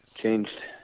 changed